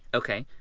okay,